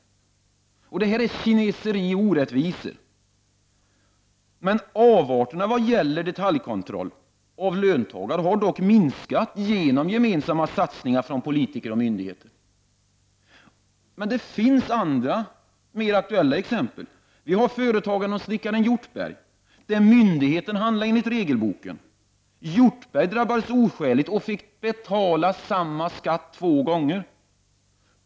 Det här är kineseri och orättvisor. Avarterna i vad gäller detaljkontroll av löntagare har dock minskat genom gemensamma satsningar från politiker och myndigheter. Det finns andra mer aktuella exempel. Vi har t.ex. företagaren och snickaren Hjortberg. Myndigheten handlade där enligt regelboken. Hjortberg drabbades oskäligt och fick betala samma skatt två gånger.